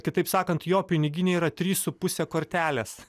kitaip sakant jo piniginėje yra trys su puse kortelės